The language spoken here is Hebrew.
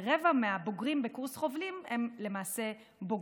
ורבע מהבוגרים בקורס חובלים הן למעשה בוגרות.